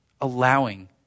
allowing